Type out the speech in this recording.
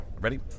Ready